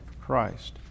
Christ